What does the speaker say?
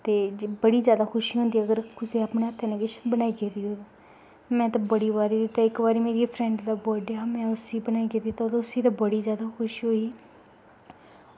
ते बड़ी जादै खुशी होंदी अगर तुस अपने हत्थें किश बनाइयै देओ में ते बड़ी बारी इक्क बारी ते मेरी फ्रैंड दा बर्थ डे हा ते में उस्सी बनाइयै दित्ता ते उस्सी ते बड़ी जादा खुशी होई